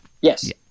Yes